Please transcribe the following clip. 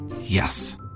Yes